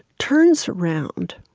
turns around,